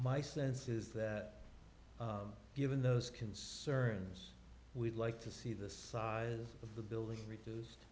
my sense is that given those concerns we'd like to see the size of the buildings reduced